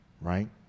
right